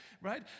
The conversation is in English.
right